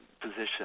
position